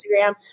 Instagram